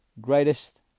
greatest